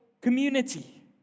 community